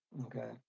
okay